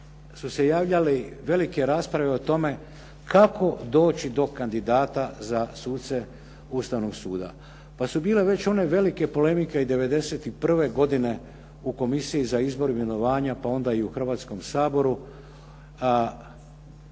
su se javljale velike rasprave o tome kako doći do kandidata za suce Ustavnog suda pa su bile već one velike polemike i '91. godine u Komisiji za izbor, imenovanja pa onda i u Hrvatskom saboru